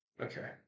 Okay